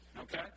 okay